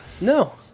No